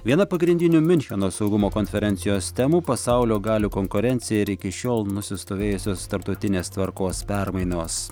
viena pagrindinių miuncheno saugumo konferencijos temų pasaulio galių konkurencija ir iki šiol nusistovėjusios tarptautinės tvarkos permainos